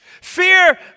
Fear